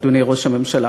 אדוני ראש הממשלה.